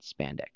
spandex